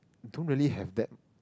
don't really have that